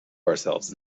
ourselves